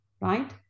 right